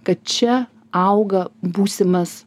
kad čia auga būsimas